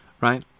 Right